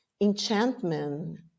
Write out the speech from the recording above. enchantment